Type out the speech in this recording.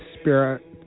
spirit